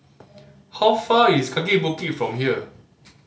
how far is Kaki Bukit from here